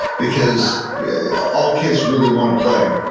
because yeah all kids really want to play.